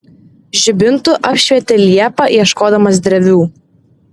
žibintu apšvietė liepą ieškodamas drevių